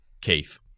Keith